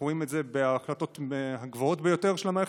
אנחנו רואים את זה בהחלטות הגבוהות ביותר של המערכת